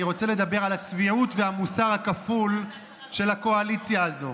אני רוצה לדבר על הצביעות והמוסר הכפול של הקואליציה הזאת.